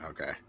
Okay